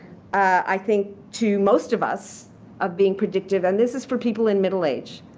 i think, to most of us of being predictive. and this is for people in middle age.